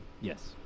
Yes